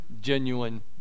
genuine